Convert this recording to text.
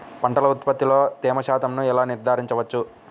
పంటల ఉత్పత్తిలో తేమ శాతంను ఎలా నిర్ధారించవచ్చు?